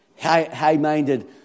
high-minded